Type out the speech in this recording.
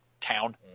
town